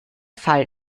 fall